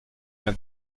can